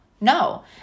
No